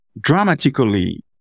dramatically